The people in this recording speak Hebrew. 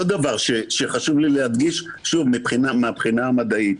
עוד דבר שחשוב לי להדגיש, שוב, מהבחינה המדעית,